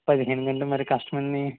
పదిహేను కంటే మరీ కష్టమండి